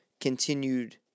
continued